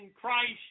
Christ